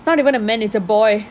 it's not even a man it's a boy